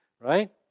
right